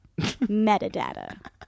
metadata